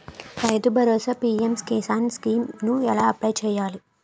రైతు Bharosa PM Kisan scheme కు ఎలా అప్లయ్ చేయాలి?